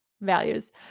values